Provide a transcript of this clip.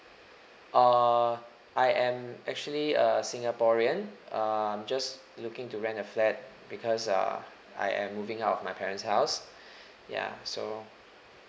uh I am actually a singaporean um just looking to rent a flat because uh I am moving out my parents house yeah so